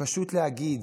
ופשוט להגיד: